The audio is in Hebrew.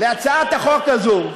להצעת החוק הזאת.